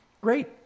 great